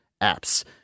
apps